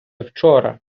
вчора